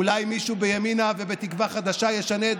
אולי מישהו בימינה ובתקווה חדשה ישנה את